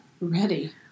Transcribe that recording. Ready